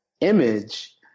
image